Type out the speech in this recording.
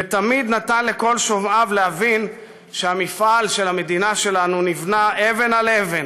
ותמיד נתן לכל שומעיו להבין שהמפעל של המדינה שלנו נבנה מאבן על אבן,